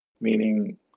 meaning